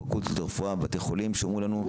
מפקולטות לרפואה בבתי החולים שאמרו לנו,